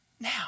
now